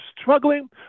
struggling